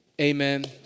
Amen